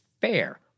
fair